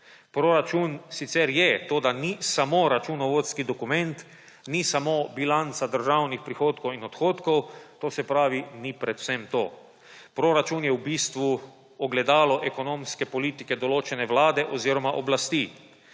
Proračun sicer je, toda ni samo računovodski dokument, ni samo bilanca državnih prihodkov in odhodkov, to se pravi, ni predvsem to. Proračun je v bistvu ogledalo ekonomske politike določene vlade oziroma oblasti.